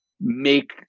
make